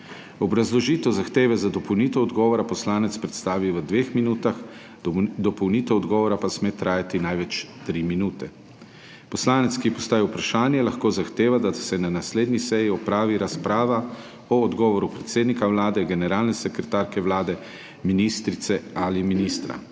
Obrazložitev zahteve za dopolnitev odgovora poslanec predstavi v dveh minutah, dopolnitev odgovora pa sme trajati največ tri minute. Poslanec, ki je postavil vprašanje, lahko zahteva, da se na naslednji seji opravi razprava o odgovoru predsednika Vlade, generalne sekretarke Vlade, ministrice ali ministra.